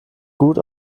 gut